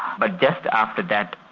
but just after that,